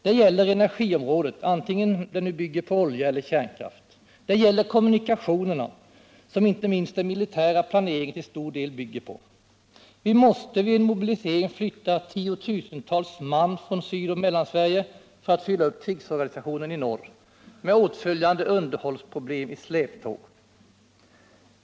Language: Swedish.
Det gäller energiområdet, antingen det bygger på olja eller på kärnkraft, och det gäller kommunikationerna, som inte minst den militära planeringen till stor del bygger på. Vi måste vid en mobilisering flytta tiotusentals man från Sydoch Mellansverige för att fylla upp krigsorganisationen i norr, med åtföljande underhållsproblem i släptåg.